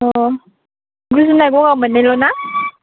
अ गुजुनाय गगा मोननायल'ना